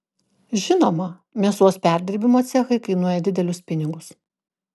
žinoma mėsos perdirbimo cechai kainuoja didelius pinigus